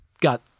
got